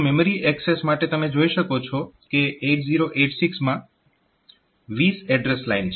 તો memory access માટે તમે જોઈ શકો છો કે 8086 માં 20 એડ્રેસ લાઇન છે